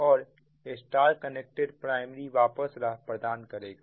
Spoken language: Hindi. और Y कनेक्टेड प्राइमरी वापस राह प्रदान करेगा